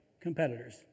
competitors